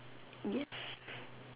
yes